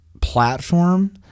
platform